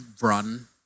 run